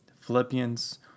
Philippians